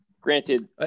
granted